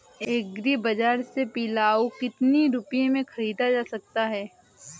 Agree बाजार से पिलाऊ कितनी रुपये में ख़रीदा जा सकता है?